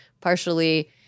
partially